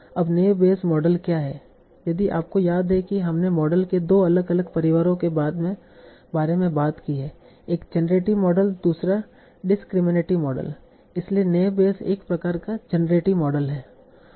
अब naive Bayes model क्या है यदि आपको याद है कि हमने मॉडल के दो अलग अलग परिवारों के बारे में बात की है एक जेनरेटिव मॉडल दूसरा डिसक्रिमिनेटीव मॉडल इसलिए नैव बेयस एक प्रकार का जेनरेटिव मॉडल है